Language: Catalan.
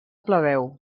plebeu